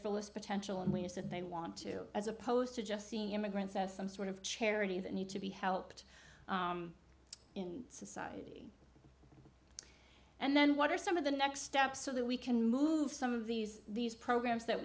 fullest potential in ways that they want to as opposed to just seeing immigrants as some sort of charity that need to be helped in society and then what are some of the next steps so that we can move some of these these programs that